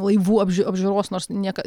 laivų ap apžiūros nors nieka